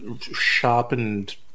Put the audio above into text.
sharpened